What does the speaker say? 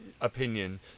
Opinion